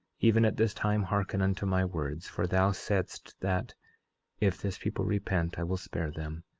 even at this time, hearken unto my words, for thou saidst that if this people repent i will spare them.